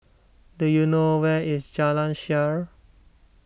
do you know where is Jalan Shaer